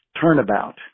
turnabout